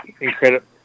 Incredible